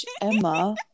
emma